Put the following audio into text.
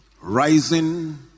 Rising